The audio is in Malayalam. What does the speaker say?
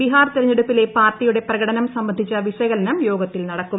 ബീഹാർ തെരഞ്ഞെടുപ്പിലെ പാർട്ടിയുടെ പ്രകടനം സംബന്ധിച്ച വിശകലനം യോഗത്തിൽ നടക്കും